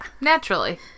naturally